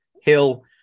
Hill